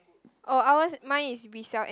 orh ours mine is we sell antiques